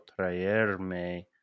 Traerme